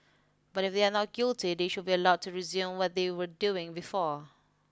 but if they are not guilty they should be allowed to resume what they were doing before